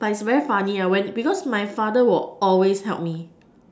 but is very funny when because my father will always help me